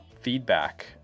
feedback